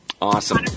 Awesome